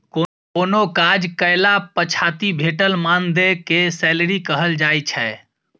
कोनो काज कएला पछाति भेटल मानदेय केँ सैलरी कहल जाइ छै